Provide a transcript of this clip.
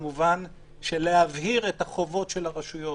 במובן של הבהרת החובות של הרשויות,